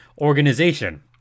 organization